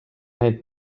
need